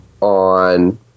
on